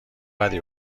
بدی